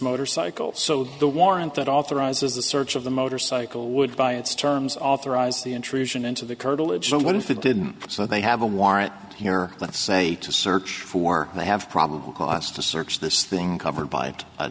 motorcycle so the warrant that authorizes the search of the motorcycle would by its terms authorize the intrusion into the curtilage so what if it didn't so they have a warrant here let's say to search for they have probable cause to search this thing covered by a